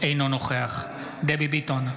אינו נוכח דבי ביטון,